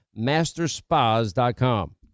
Masterspas.com